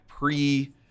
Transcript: pre